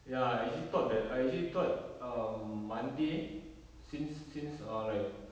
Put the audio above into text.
ya I actually that I actually thought um monday since since uh like